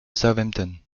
southampton